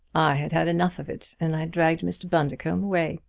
i had had enough of it and i dragged mr. bundercombe away.